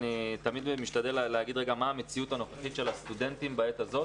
אני תמיד משתדל לומר מה המציאות הנוכחית של הסטודנטים בעת הזאת